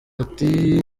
ati